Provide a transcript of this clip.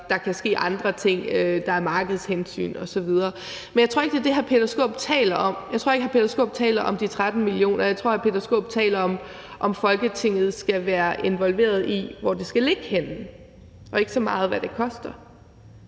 der kan ske andre ting; der er markedshensyn osv. Men jeg tror ikke, det er det, hr. Peter Skaarup taler om. Jeg tror ikke, at hr. Peter Skaarup taler om de 13 mio. kr. Jeg tror, hr. Peter Skaarup taler om, om Folketinget skal være involveret i, hvor det skal ligge henne, og ikke så meget, hvad det koster.